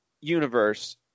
universe